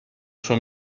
sua